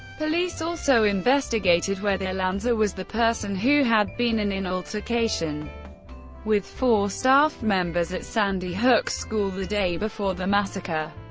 police also investigated whether lanza was the person who had been in an altercation with four staff members at sandy hook school the day before the massacre.